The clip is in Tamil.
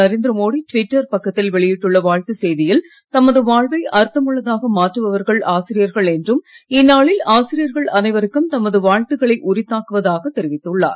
நரேந்திர மோடி ட்விட்டர் பக்கத்தில் வெளியிட்டுள்ள வாழ்த்து செய்தியில் தமது வாழ்வை அர்த்த்முள்ளதாக மாற்றுபவர்கள் ஆசிரியர்கள் என்றும் இந்நாளில் ஆசிரியர்கள் அனைவருக்கும் தமது வாழ்த்துகளை உரிதாக்குவதாக தெரிவித்துள்ளார்